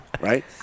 right